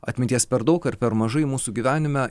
atminties per daug ar per mažai mūsų gyvenime